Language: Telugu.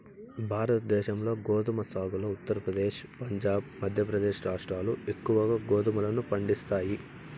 భారతదేశంలో గోధుమ సాగులో ఉత్తరప్రదేశ్, పంజాబ్, మధ్యప్రదేశ్ రాష్ట్రాలు ఎక్కువగా గోధుమలను పండిస్తాయి